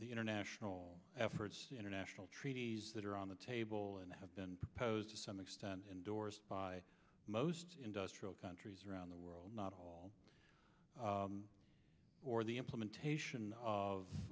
the international efforts international treaties that are on the table and have been proposed to some extent endorsed by most industrial countries around the world not all or the implementation of